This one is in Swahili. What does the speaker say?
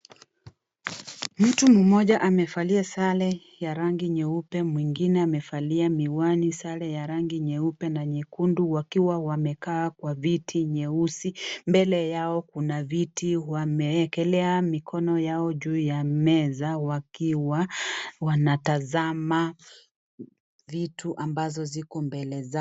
Mtu mmoja amevalia sare ya rangi nyeupe, mwingine amevalia miwani, sare ya rangi nyeupe na nyekundu wakiwa wamekaa kwa viti nyeusi. Mbele yao kuna viti ,wameekelea mikono yao juu ya meza wakiwa wanatazama vitu ambazo ziko mbele zao.